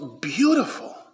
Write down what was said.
beautiful